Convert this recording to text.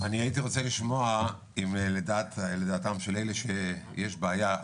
אני הייתי רוצה לשמוע אם לדעתם של אלה שיש בעיה,